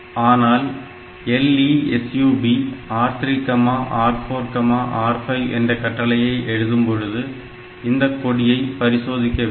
அதனால் LESUB R3 R4 R5 என்ற கட்டளையை எழுதும்பொழுது இந்தக் கொடியை பரிசோதிக்க வேண்டும்